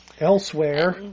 Elsewhere